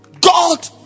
God